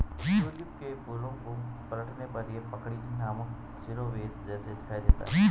tulip के फूलों को पलटने पर ये पगड़ी नामक शिरोवेश जैसे दिखाई देते हैं